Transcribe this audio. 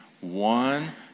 One